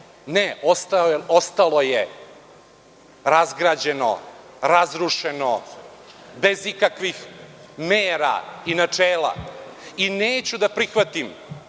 Ne, ostalo je razgrađeno, razrušeno, bez ikakvih mera i načela. Neću da prihvatim